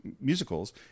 musicals